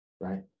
right